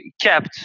kept